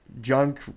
junk